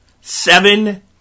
seven